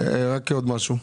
עוד משהו.